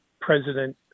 President